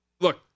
Look